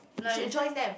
you should join them